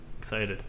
excited